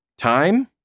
Time